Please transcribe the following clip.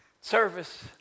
service